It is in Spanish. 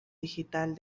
digital